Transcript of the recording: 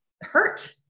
hurt